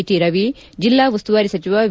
T Ravi ಜಿಲ್ಲಾ ಉಸ್ತುವಾರಿ ಸಚಿವ ವಿ